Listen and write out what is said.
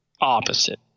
opposite